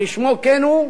כשמו כן הוא,